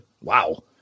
Wow